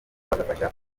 bagafasha